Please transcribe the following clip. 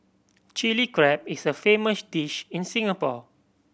Chilli Crab is a famous dish in Singapore